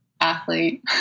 athlete